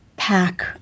pack